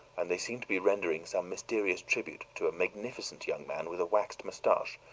and they seemed to be rendering some mysterious tribute to a magnificent young man with a waxed mustache,